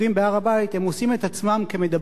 הם עושים את עצמם כמדברים ביניהם,